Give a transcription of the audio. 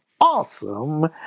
awesome